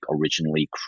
originally